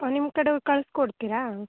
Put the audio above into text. ಓಹ್ ನಿಮ್ಮ ಕಡೆಯವ್ರ ಕಳಿಸ್ಕೊಡ್ತೀರಾ